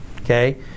okay